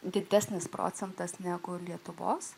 didesnis procentas niekur lietuvos